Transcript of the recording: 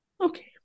okay